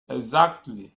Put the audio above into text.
exactly